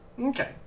Okay